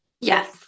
Yes